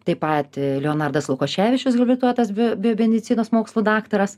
taip pat leonardas lukoševičius habilituotas bio biomedicinos mokslų daktaras